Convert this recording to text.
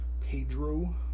Pedro